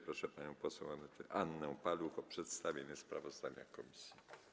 Proszę panią poseł Annę Paluch o przedstawienie sprawozdania komisji.